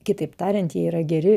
kitaip tariant jie yra geri